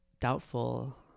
doubtful